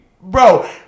Bro